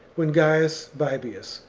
when gaius baebius,